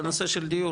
בנושא של דיור,